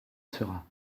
seras